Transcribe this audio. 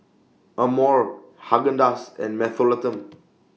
Amore Haagen Dazs and Mentholatum